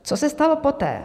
Co se stalo poté?